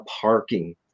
parking